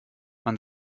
man